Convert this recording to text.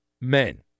men